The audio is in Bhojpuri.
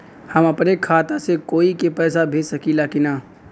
हम अपने खाता से कोई के पैसा भेज सकी ला की ना?